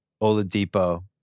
Oladipo